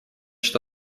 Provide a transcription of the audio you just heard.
что